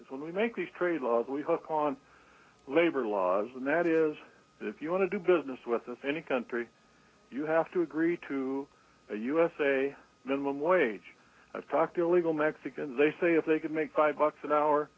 when we make these trade laws we hook on labor laws and that is if you want to do business with us any country you have to agree to us a little wage i've talked illegal mexican they say if they could make five bucks an hour